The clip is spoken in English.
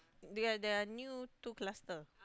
they are they are new two cluster